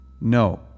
No